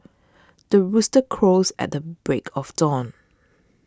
the rooster crows at the break of dawn